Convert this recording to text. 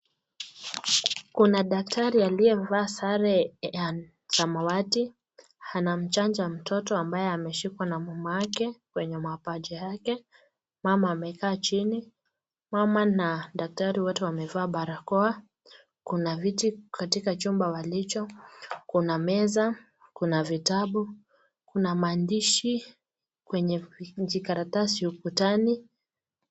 Kuna daktari aliyevaa sare ya samawati anamchanja mtoto ambaye ameshikwa na mama yake kwenye mapaja yake. Mama amekaa chini. Mama na daktari wote wamevaa barakoa, kuna viti katika chumba walicho kuna meza, kuna vitabu , kuna maandishi kwenye vijikaratasi ukutani.